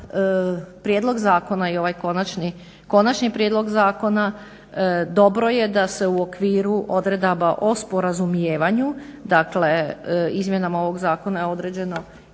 prijedlog zakona i ovaj Konačni prijedlog zakona dobro je da se u okviru odredaba o sporazumijevanju, dakle izmjenama ovog zakona je određeno i to da